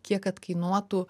kiek kad kainuotų